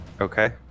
okay